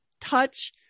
touch